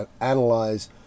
analyze